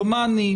דומני,